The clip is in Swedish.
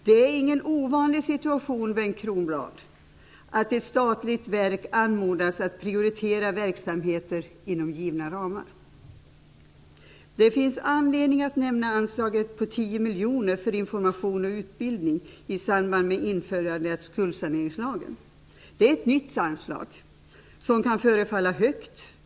Det är inte en ovanlig situation, Bengt Kronblad, att ett statligt verk anmodas prioritera verksamheter inom givna ramar. Det finns anledning att nämna anslaget på 10 Det är ett nytt anslag som kan förefalla högt.